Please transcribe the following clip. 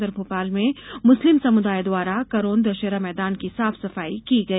इधर भोपाल में मुस्लिम समुदाय द्वारा करोंद दशहरा मैदान की साफ सफाई की गई